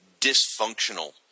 dysfunctional